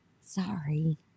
Sorry